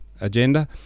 agenda